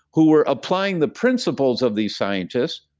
who were applying the principles of these scientists.